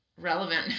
relevant